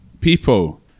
people